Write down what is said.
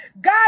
God